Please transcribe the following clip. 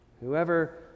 Whoever